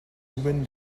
ruben